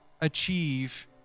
achieve